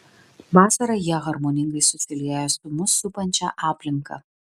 vasarą jie harmoningai susilieja su mus supančia aplinka